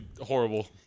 horrible